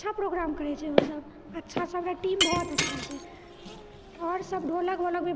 अच्छा प्रोग्राम करैछेै ओसब अच्छासे टीम बहुत अच्छा छेै आओर सब ढ़ोलक वोलक भी